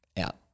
out